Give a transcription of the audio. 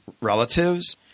relatives